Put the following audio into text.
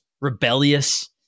rebellious